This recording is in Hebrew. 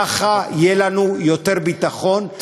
ככה יהיה לנו יותר ביטחון,